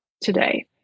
today